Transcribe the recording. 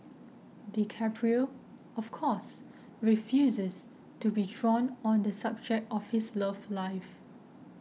DiCaprio of course refuses to be drawn on the subject of his love life